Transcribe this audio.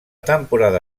temporada